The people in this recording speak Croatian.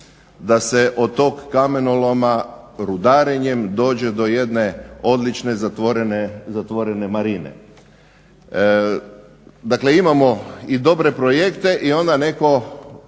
da se od tog kamenoloma rudarenjem dođe do jedne odlične zatvorene marine. Dakle imamo i dobre projekte i onda netko